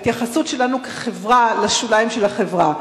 ההתייחסות שלנו כחברה לשוליים של החברה.